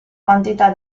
quantità